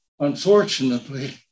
unfortunately